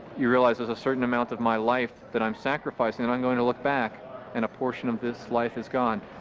you realize there's a certain amount of my life that i'm sacrificing and i'm going to look back and a portion of this life is gone.